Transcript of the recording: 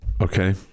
Okay